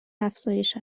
افزایش